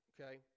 Okay